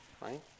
Right